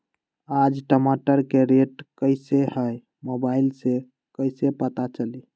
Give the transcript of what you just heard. आज टमाटर के रेट कईसे हैं मोबाईल से कईसे पता चली?